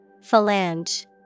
Phalange